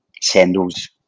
sandals